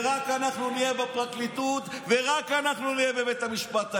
ורק אנחנו נהיה בפרקליטות ורק אנחנו נהיה בבית המשפט העליון.